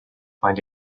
find